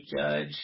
judge